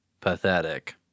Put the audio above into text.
Pathetic